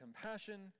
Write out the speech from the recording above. compassion